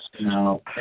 No